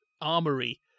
armory